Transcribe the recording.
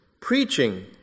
Preaching